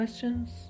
Questions